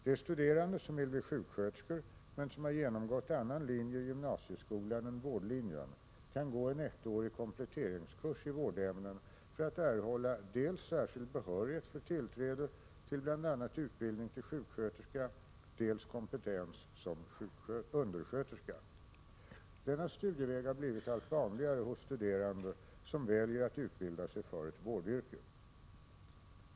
De studerande som vill bli sjuksköterskor men som har genomgått annan linje i gymnasieskolan än vårdlinjen kan gå en 1-årig kompletteringskurs i vårdämnen för att erhålla dels särskild behörighet för tillträde till bl.a. utbildning till sjuksköterska, dels kompetens som undersköterska. Denna studieväg har blivit allt vanligare hos studerande, som väljer att utbilda sig för ett vårdyrke.